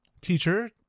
teacher